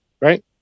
Right